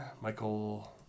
Michael